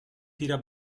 tira